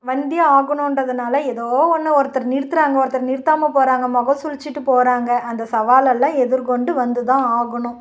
வந்தே ஆகணுன்றதுனால் எதோ ஒன்று ஒருத்தர் நிறுத்துறாங்க ஒருத்தர் நிறுத்தாமல் போகிறாங்க முகம் சுழித்திட்டு போகிறாங்க அந்த சவாலெல்லாம் எதிர்கொண்டு வந்து தான் ஆகணும்